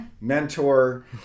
mentor